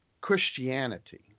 Christianity